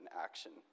action